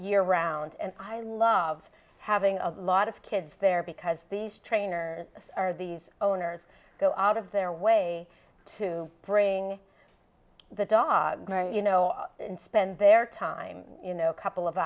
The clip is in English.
year round and i love having a lot of kids there because these trainers are these owners go out of their way to bring the dogs you know and spend their time you know a couple of